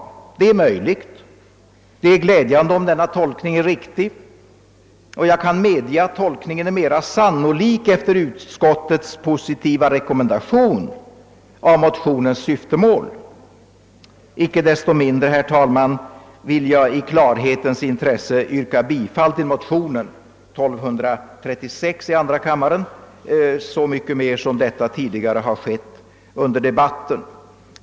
Det är möjligt. Det är glädjande, om denna tolk Ning är riktig. Jag kan medge att tolk NDingen är mera sannolik efter utskottets positiva rekommendation av motionens syftemål. Icke desto mindre, herr talman, vill jag i klarhetens intresse yrka bifall till motionen II: 1236, Så mycket mer som detta yrkande också från annat håll framställts under debatten.